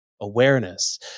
awareness